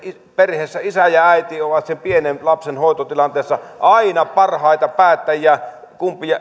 perheessä isä ja äiti ovat sen pienen lapsen hoitotilanteessa aina parhaita päättäjiä